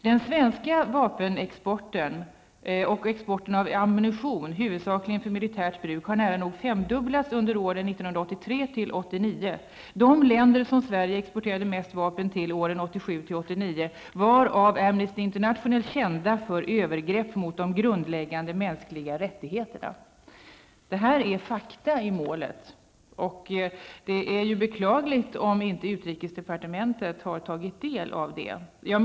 Den svenska exporten av vapen och ammunition, huvudsakligen för militärt bruk, har nära nog femdubblats under åren 1983--1989. De länder som var av AI kända för övergrepp mot de grundläggande mänskliga rättigheterna.'' Detta är fakta i målet, och det är beklagligt om utrikesdepartementet inte har tagit del av detta.